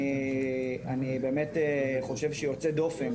אני באמת חושב שיוצאת דופן,